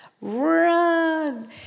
run